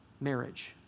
marriage